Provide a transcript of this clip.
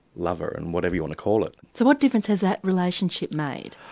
lover and whatever you want to call it. so what difference has that relationship made,